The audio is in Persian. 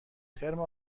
ترم